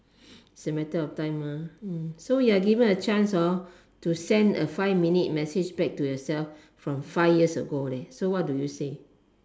it's a matter of time ah so you are given a chance hor to send a five minute message back to yoursself from five years ago leh so what do you say